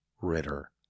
Ritter